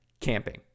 camping